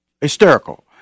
hysterical